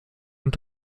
und